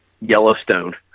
Yellowstone